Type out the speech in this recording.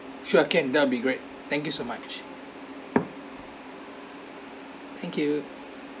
sure can that'll be great thank you so much thank you